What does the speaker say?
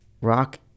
rock